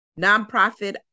Nonprofit